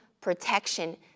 protection